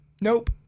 Nope